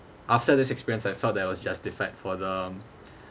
after this experience I felt that was justified for the